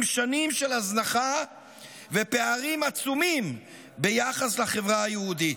שנים של הזנחה ופערים עצומים ביחס לחברה היהודית.